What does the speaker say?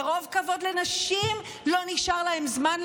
מרוב כבוד לנשים לא נשאר להם זמן,